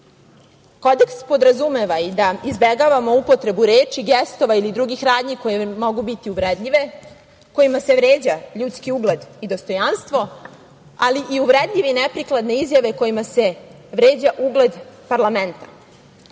podrazumeva i da izbegavamo upotrebu reči, gestova ili drugih radnji koje mogu biti uvredljive, kojima se vređa ljudski ugled i dostojanstvo, ali i uvredljive i neprikladne izjave kojima se vređa ugled parlamenta. Dužni